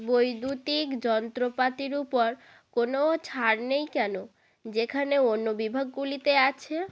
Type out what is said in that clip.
বৈদ্যুতিক যন্ত্রপাতির উপর কোনও ছাড় নেই কেন যেখানে অন্য বিভাগগুলিতে আছে